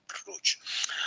approach